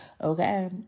Okay